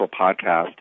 podcast